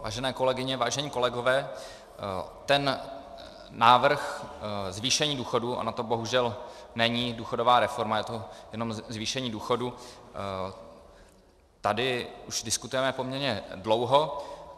Vážené kolegyně, vážení kolegové, ten návrh zvýšení důchodů, ona to bohužel není důchodová reforma, je to jenom zvýšení důchodů, tady už diskutujeme poměrně dlouho.